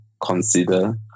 consider